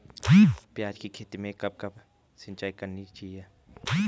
प्याज़ की खेती में कब कब सिंचाई करनी चाहिये?